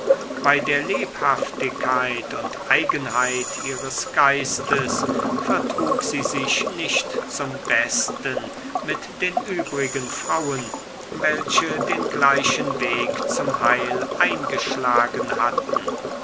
bei der lebhaftigkeit und eigenheit ihres geistes vertrug sie sich nicht zum besten mit den übrigen frauen welche den gleichen weg zum heil eingeschlagen hatten